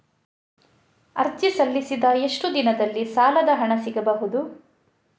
ಅರ್ಜಿ ಸಲ್ಲಿಸಿದ ಎಷ್ಟು ದಿನದಲ್ಲಿ ಸಾಲದ ಹಣ ಸಿಗಬಹುದು?